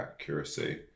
accuracy